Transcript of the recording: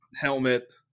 Helmet